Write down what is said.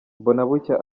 mbonabucya